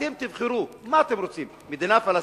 אתם תבחרו מה אתם רוצים: מדינה פלסטינית,